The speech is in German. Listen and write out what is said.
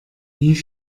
wie